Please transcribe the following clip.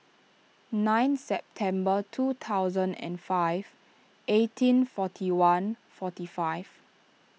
nine September two thousand and five eighteen forty one forty five